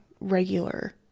regular